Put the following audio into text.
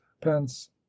pence